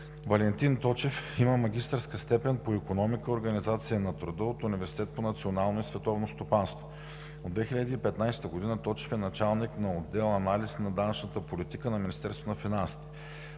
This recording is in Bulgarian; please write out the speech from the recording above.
Валентин Точев има магистърска степен по икономика, организация на труда от Университета по национално и световно стопанство. От 2015 г. Точев е началник на отдел „Анализ на данъчната политика“ на Министерството на финансите.